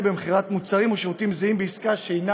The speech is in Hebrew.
במכירת מוצרים או שירותים זהים בעסקה שאינה